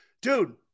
Dude